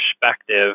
perspective